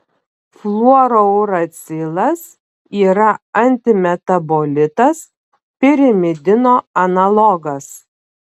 fluorouracilas yra antimetabolitas pirimidino analogas